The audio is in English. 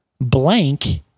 blank